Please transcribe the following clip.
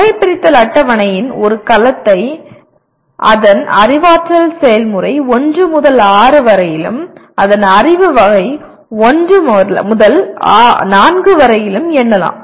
வகைபிரித்தல் அட்டவணையின் ஒரு கலத்தை அதன் அறிவாற்றல் செயல்முறை 1 முதல் 6 வரையிலும் அதன் அறிவு வகை 1 முதல் 4 வரையிலும் எண்ணலாம்